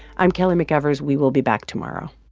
i'm kelly mcevers. we will be back tomorrow